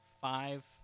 five